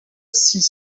six